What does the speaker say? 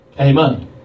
Amen